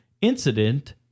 incident